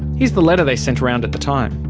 here's the letter they sent around at the time.